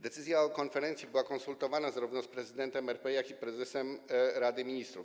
Decyzja o konferencji była konsultowana zarówno z prezydentem RP, jak i prezesem Rady Ministrów.